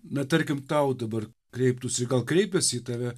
na tarkim tau dabar kreiptųsi gal kreipiasi į tave